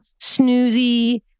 snoozy